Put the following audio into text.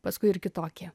paskui ir kitokį